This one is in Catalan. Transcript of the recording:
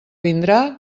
vindrà